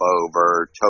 over